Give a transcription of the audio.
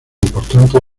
importante